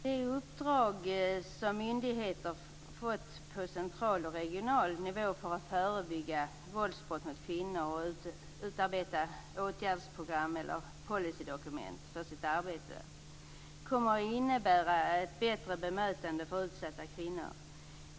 De uppdrag som myndigheter har fått på central och regional nivå för att förebygga våldsbrott mot kvinnor och utarbeta åtgärdsprogram eller policydokument för sitt arbete kommer att innebära ett bättre bemötande mot utsatta kvinnor.